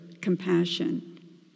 compassion